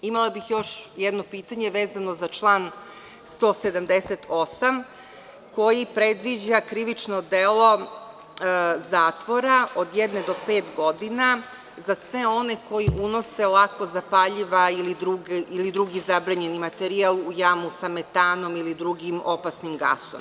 Imala bih još jedno pitanje vezano za član 178. koji predviđa krivično delo zatvora od jedne do pet godina za sve one koji unose lakozapaljiva ili drugi zabranjeni materijal u jamu sa metanom ili drugim opasnim gasovima.